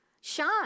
shine